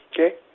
Okay